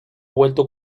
vuelto